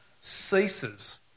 ceases